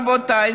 רבותיי,